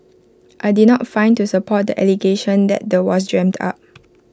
I did not find to support the allegation that the was dreamt up